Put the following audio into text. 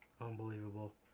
Unbelievable